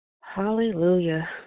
Hallelujah